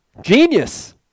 Genius